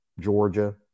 Georgia